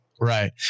Right